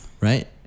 right